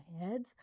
heads